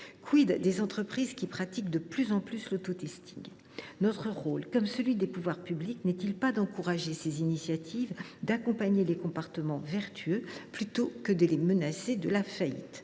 des entreprises qui pratiquent de plus en plus l’auto ? Notre rôle, comme celui des pouvoirs publics, n’est il pas d’encourager ces initiatives, d’accompagner les comportements vertueux, plutôt que de menacer de faillite